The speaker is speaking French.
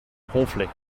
ronflait